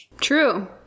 True